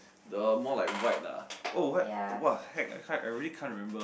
the more like white ah oh what what the heck I can't I really can't remember